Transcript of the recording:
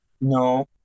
No